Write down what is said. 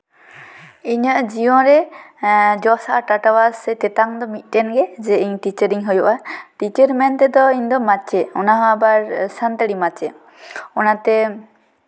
ᱤᱧᱟᱹᱜ ᱡᱤᱭᱚᱱ ᱨᱮ ᱡᱚᱥ ᱟᱨ ᱴᱟᱴᱣᱟᱥ ᱥᱮ ᱛᱮᱛᱟᱝ ᱫᱚ ᱢᱤᱫᱴᱮᱱ ᱜᱮ ᱡᱮ ᱤᱧ ᱴᱤᱪᱟᱨ ᱤᱧ ᱦᱩᱭᱩᱜᱼᱟ ᱴᱤᱪᱟᱨ ᱢᱮᱱ ᱛᱮᱫᱚ ᱤᱧ ᱫᱚ ᱢᱟᱪᱮᱛ ᱚᱱᱟᱦᱚᱸ ᱟᱵᱟᱨ ᱥᱟᱱᱛᱟᱲᱤ ᱢᱟᱪᱮᱫ ᱚᱱᱟᱛᱮ